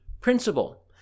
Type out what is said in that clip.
Principle